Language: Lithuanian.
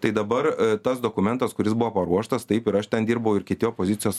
tai dabar tas dokumentas kuris buvo paruoštas taip ir aš ten dirbau ir kiti opozicijos